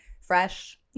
fresh